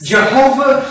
Jehovah